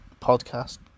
podcast